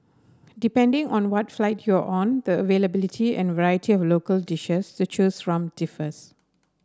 depending on what flight you are on the availability and variety of local dishes to choose from differs